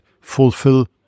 fulfill